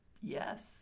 Yes